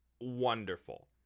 wonderful